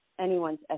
anyone's